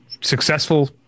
successful